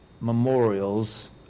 Memorials